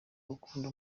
gukunda